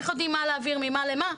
איך יודעים מה להעביר ממה למה,